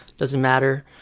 doesn't matter,